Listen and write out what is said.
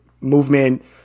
movement